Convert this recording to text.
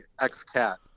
ex-cat